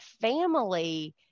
family